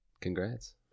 Congrats